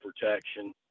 protection